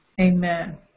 Amen